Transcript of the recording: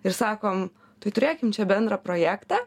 ir sakom tai turėkim čia bendrą projektą